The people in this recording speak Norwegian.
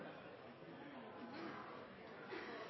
President,